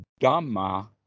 Dhamma